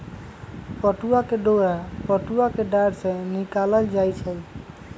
पटूआ के डोरा पटूआ कें डार से निकालल जाइ छइ